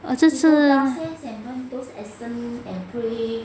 oh 这次